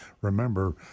remember